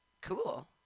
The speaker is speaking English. Cool